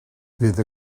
fydd